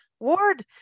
Ward